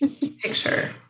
picture